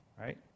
right